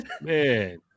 Man